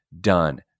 done